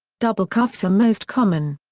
double cuffs are most common.